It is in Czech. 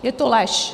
Je to lež!